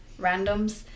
randoms